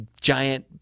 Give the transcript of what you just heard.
giant